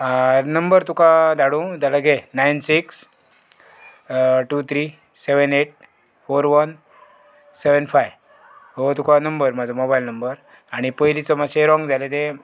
number तुका धाडूं जाल्या गे nine six two three seven eight four one seven five हो तुका नंबर म्हाजो मोबायल नंबर आनी पयलीचो मातशें रोंग जालें तें